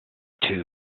too